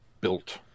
built